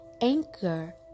Anchor